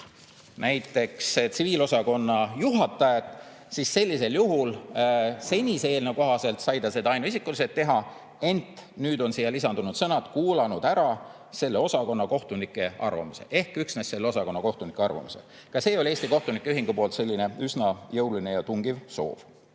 näiteks tsiviilosakonna juhatajat, siis sellisel juhul senise eelnõu kohaselt sai ta seda ainuisikuliselt teha, ent nüüd on siia lisandunud sõnad "kuulanud ära selle osakonna kohtunike arvamuse" ehk üksnes selle osakonna kohtunike arvamuse. Ka see oli Eesti Kohtunike Ühingu poolt selline üsna jõuline ja tungiv soov.